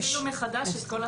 אז יתחילו מחדש את כל התהליך.